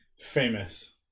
famous